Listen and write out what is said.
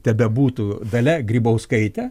tebebūtų dalia grybauskaitė